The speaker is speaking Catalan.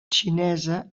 xinesa